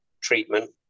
treatment